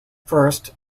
first